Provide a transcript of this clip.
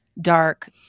dark